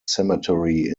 cemetery